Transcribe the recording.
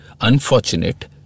Unfortunate